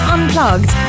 Unplugged